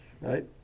right